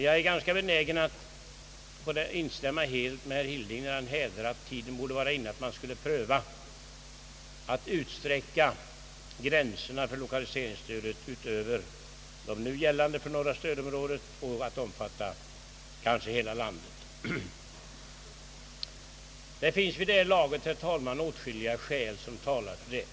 Jag är benägen att helt instämma i herr Hildings uttalande, när han hävdar att tiden borde vara inne för en prövning av frågan om att utsträcka gränserna för lokaliseringsstödet i norra stödområdet till att kanske omfatta hela landet. Det finns vid detta laget, herr talman, åtskilliga skäl som talar för det.